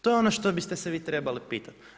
To je ono što biste se vi trebali pitati.